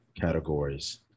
categories